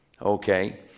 Okay